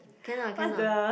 can lah can lah